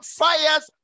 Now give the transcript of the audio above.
fires